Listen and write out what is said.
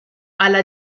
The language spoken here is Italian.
alla